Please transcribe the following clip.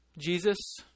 Jesus